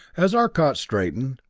as arcot straightened,